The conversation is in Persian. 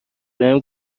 بهم